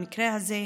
במקרה הזה נתניהו,